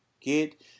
get